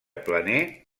planer